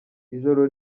ijoro